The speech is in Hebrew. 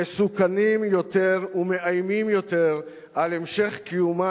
מסוכנים יותר ומאיימים יותר על המשך קיומה